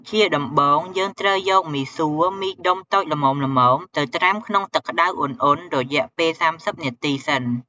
ជាដំបូង យើងត្រូវយកមីសួរមីដុំតូចល្មមៗទៅត្រាំក្នុងទឹកក្ដៅឧណ្ឌៗរយៈពេល៣០នាទីសិន។